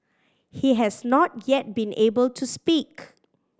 he has not yet been able to speak